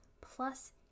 plus